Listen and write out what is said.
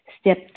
Step